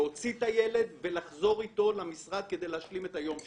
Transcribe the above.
להוציא את הילד ולחזור איתו למשרד כדי להשלים את היום שלי.